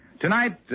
Tonight